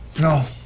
No